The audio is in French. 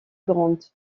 grandes